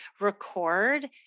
record